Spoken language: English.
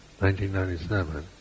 1997